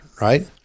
right